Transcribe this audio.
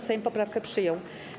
Sejm poprawkę przyjął.